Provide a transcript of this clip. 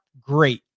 great